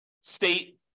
state